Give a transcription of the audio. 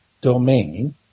domain